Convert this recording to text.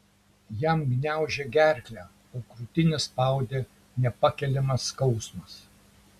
jam gniaužė gerklę o krūtinę spaudė nepakeliamas skausmas